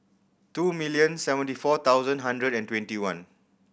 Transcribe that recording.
two million seventy four thousand hundred and twenty one